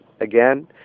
Again